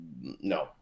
no